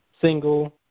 single